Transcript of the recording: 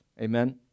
Amen